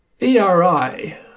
eri